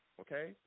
okay